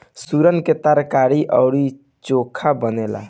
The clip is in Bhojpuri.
सुरन के तरकारी अउरी चोखा बनेला